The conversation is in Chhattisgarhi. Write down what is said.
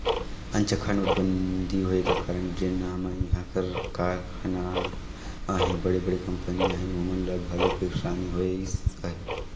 अनचकहा नोटबंदी होए का कारन जेन हमा इहां कर कारखाना अहें बड़े बड़े कंपनी अहें ओमन ल घलो पइरसानी होइस अहे